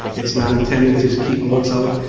it's not intended to keep bullets out,